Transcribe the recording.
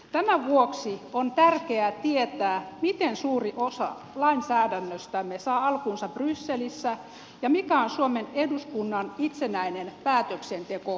tämän vuoksi on tärkeää tietää miten suuri osa lainsäädännöstämme saa alkunsa brysselissä ja mikä on suomen eduskunnan itsenäinen päätöksentekovalta